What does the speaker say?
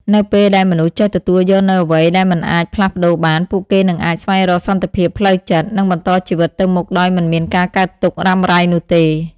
នៅពេលដែលមនុស្សចេះទទួលយកនូវអ្វីដែលមិនអាចផ្លាស់ប្តូរបាន ពួកគេនឹងអាចស្វែងរកសន្តិភាពផ្លូវចិត្ត និងបន្តជីវិតទៅមុខដោយមិនមានការកើតទុក្ខរុំារ៉ៃនោះទេ។